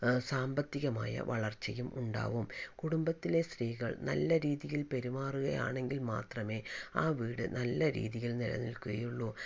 അ സാമ്പത്തികമായ വളർച്ചയും ഉണ്ടാകും കുടുംബത്തിലെ സ്ത്രീകൾ നല്ല രീതിയിൽ പെരുമാറുകയാണെങ്കിൽ മാത്രമേ ആ വീട് നല്ല രീതിയിൽ നിലനിൽക്കുകയുള്ളൂ